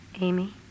Amy